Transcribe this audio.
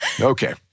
Okay